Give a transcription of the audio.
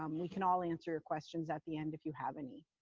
um we can all answer your questions at the end if you have any.